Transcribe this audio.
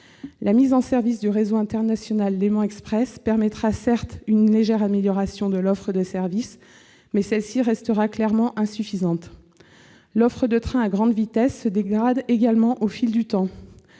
La mise en service du réseau international Léman Express permettra, certes, une légère amélioration de l'offre de service, mais celle-ci restera clairement insuffisante. L'offre des trains à grande vitesse se dégrade également au fil du temps